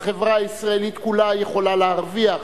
החברה הישראלית כולה יכולה להרוויח